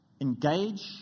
engage